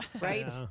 Right